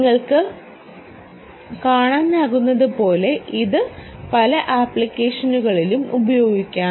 നിങ്ങൾക്ക് കാണാനാകുന്നതുപോലെ ഇത് പല ആപ്ലിക്കേഷനുകളിലും ഉപയോഗിക്കാം